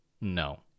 No